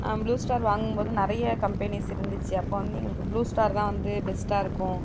blue Star வாங்கும்போது நிறைய companies இருந்துச்சு அப்போ வந்து எங்களுக்கு ப்ளூ ஸ்டார் தான் வந்து பெஸ்ட்டாக இருக்கும்